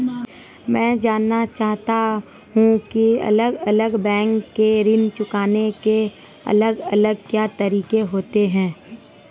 मैं जानना चाहूंगा की अलग अलग बैंक के ऋण चुकाने के अलग अलग क्या तरीके होते हैं?